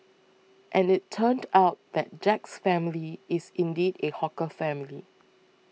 and it turned out that Jack's family is indeed a hawker family